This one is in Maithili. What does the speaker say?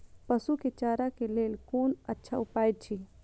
पशु के चारा के लेल कोन अच्छा उपाय अछि?